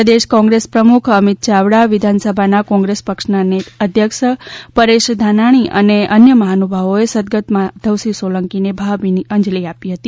પ્રદેશ કોંગ્રેસ પ્રમુખ અમીત ચાવડા વિધાનસભા કોંગ્રેસ પક્ષના અધ્યક્ષ પરેશ ધાનાણી અને અન્ય મહાનુભાવોએ સદગત માધવસિંહ સોલંકીને ભાવભીની અંજલી આપી છે